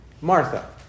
Martha